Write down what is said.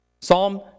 Psalm